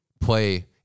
play